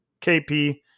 KP